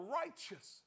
righteous